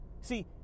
See